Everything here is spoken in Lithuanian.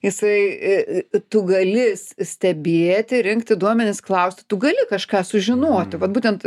jisai e tu gali s stebėti rinkti duomenis klaust tu gali kažką sužinoti vat būtent